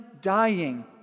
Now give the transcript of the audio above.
dying